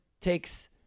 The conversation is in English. takes